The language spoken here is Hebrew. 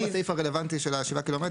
אנחנו לא בסעיף הרלוונטי של ה-7 ק"מ.